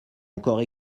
encore